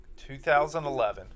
2011